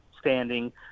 standing